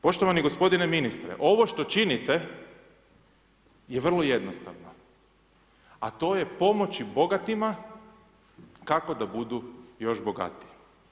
Poštovani gospodine ministre, ovo što činite je vrlo jednostavno a to je pomoći bogatima kako da budu još bogatiji.